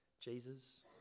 Jesus